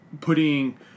putting